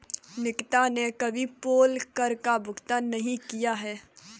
निकिता ने कभी पोल कर का भुगतान नहीं किया है